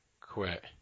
quit